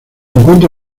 encuentra